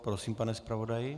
Prosím, pane zpravodaji.